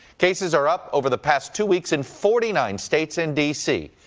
cases are up over the past two weeks in forty nine states in d c.